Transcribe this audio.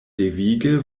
devige